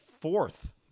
fourth